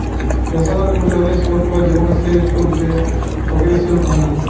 রেশমের গুটি হতিছে শুঁয়োপোকার জীবনের সেই স্তুপ যে প্রকৃত সিল্ক বানায়